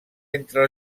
entre